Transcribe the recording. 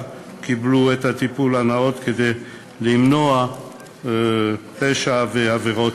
31, אין מתנגדים ואין נמנעים.